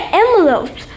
envelopes